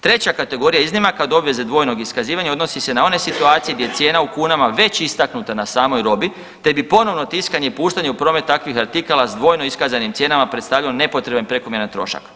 Treća kategorija iznimaka od obaveze dvojnog iskazivanja odnosi se na one situacije gdje je cijena u kunama već istaknuta na samoj robi te bi ponovno tiskanje i puštanje u promet takvih artikala s dvojno iskazanim cijenama predstavljao nepotreban prekomjeran trošak.